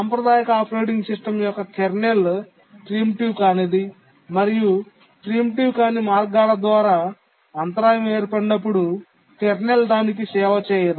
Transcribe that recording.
సాంప్రదాయిక operating system యొక్క kernel preemptive కానిది మరియు ప్రీమిటివ్ కాని మార్గాల ద్వారా అంతరాయం ఏర్పడినప్పుడు కెర్నల్ దానికి సేవ చేయదు